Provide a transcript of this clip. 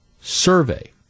survey